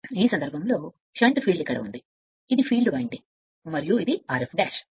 ఈ సందర్భంలో shunt field ఇక్కడ ఉంది ఇది ఫీల్డ్ వైండింగ్ మరియు ఇది Rf ఇది Rf